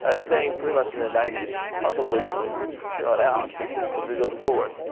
ah staying pretty much in the ninety s probably from here on out as we go forward.